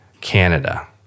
Canada